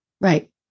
Right